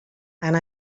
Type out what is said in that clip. and